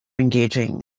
engaging